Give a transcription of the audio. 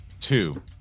two